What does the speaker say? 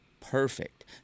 perfect